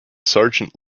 sergeant